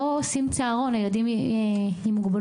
לא עושים צהרון לילדים עם מוגבלות.